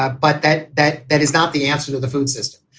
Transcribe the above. ah but that that that is not the answer to the food system.